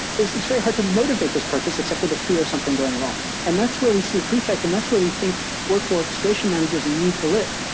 it's very hard to motivate this purchase except for the fear of something going wrong, and that's where we see prefect and that's where we think workflow orchestration managers need to live.